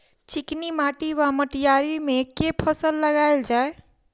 चिकनी माटि वा मटीयारी मे केँ फसल लगाएल जाए?